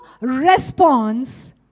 response